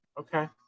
Okay